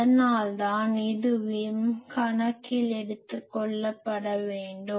அதனால்தான் இதுவும் கணக்கில் எடுத்துக்கொள்ளப்பட வேண்டும்